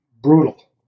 brutal